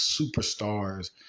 superstars